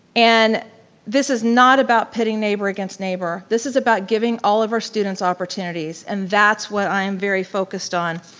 and this is not about pitting neighbor against neighbor. this is about giving all of our students opportunities and that's what i am very focused on.